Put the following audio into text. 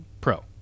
pro